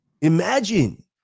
Imagine